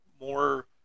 more